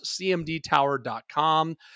cmdtower.com